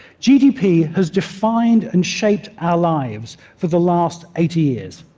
gdp has defined and shaped our lives for the last eighty years.